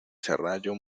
serrallo